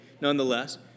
nonetheless